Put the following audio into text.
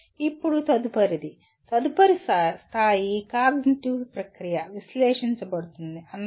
ఇప్పుడు తదుపరిది తదుపరి స్థాయి కాగ్నిటివ్ ప్రక్రియ విశ్లేషించబడుతుందిఅనలైజ్